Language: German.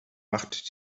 macht